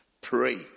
Pray